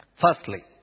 Firstly